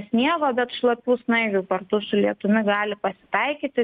sniego bet šlapių snaigių kartu su lietumi gali pasitaikyti